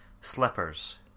slippers